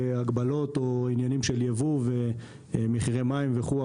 והגבלות או עניינים של יבוא ומחירי מים וכו'.